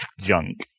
junk